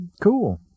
cool